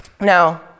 Now